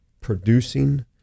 producing